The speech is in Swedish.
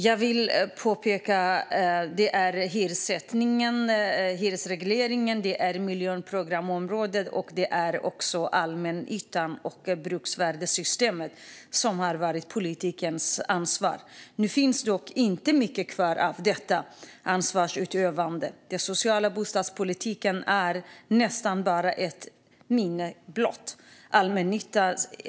Jag vill påpeka att hyressättningen, hyresregleringen, miljonprogramsområdena, allmännyttan och bruksvärdessystemet har varit politikens ansvar. Nu finns dock inte mycket kvar av detta ansvarsutövande. Den sociala bostadspolitiken är nästan bara ett minne blott.